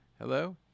Hello